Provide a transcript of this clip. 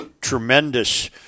tremendous –